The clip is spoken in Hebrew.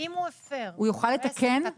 אם הוא עסק קטן